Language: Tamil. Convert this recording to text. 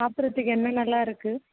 சாப்பிடுறத்துக்கு என்னென்னெல்லாம் இருக்குது